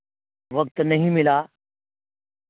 وقت نہیں ملا